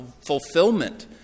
fulfillment